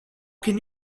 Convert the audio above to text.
can